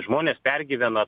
žmonės pergyvena